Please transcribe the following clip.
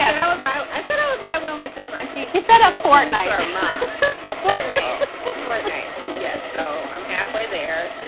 yeah how about i said um if i went with them? i think she said a fortnight or a full fortnight yes. so i'm halfway there.